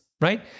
right